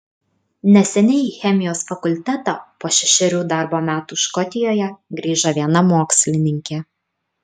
neseniai į chemijos fakultetą po šešerių darbo metų škotijoje grįžo viena mokslininkė